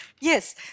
Yes